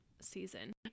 season